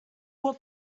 what